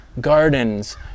gardens